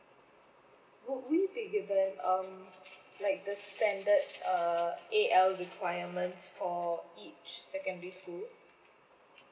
would we be given um like the standard uh A_L requirements for each secondary school